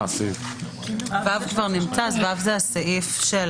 ו זה הסעיף של